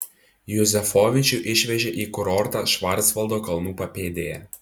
juzefovičių išvežė į kurortą švarcvaldo kalnų papėdėje